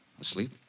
Asleep